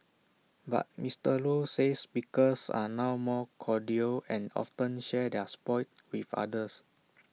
but Mister low says pickers are now more cordial and often share their spoils with others